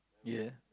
ya